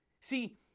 see